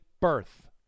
birth